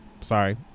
sorry